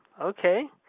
Okay